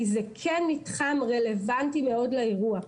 כי זה כן מתחם רלוונטי מאוד לאירוע.